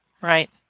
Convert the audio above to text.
Right